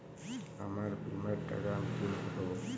আমার বীমার টাকা আমি কিভাবে পাবো?